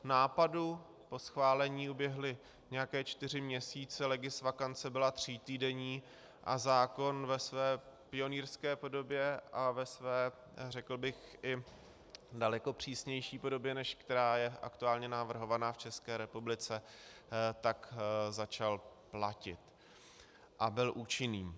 Od nápadu po schválení uběhly nějaké čtyři měsíce, legisvakance byla třítýdenní a zákon ve své pionýrské podobě a ve své, řekl bych, i daleko přísnější podobě, než která je aktuálně navrhovaná v České republice, začal platit a byl účinný.